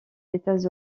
états